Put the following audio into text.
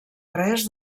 res